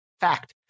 Fact